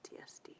PTSD